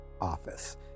office